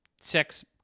sex